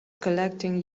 collecting